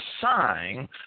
sign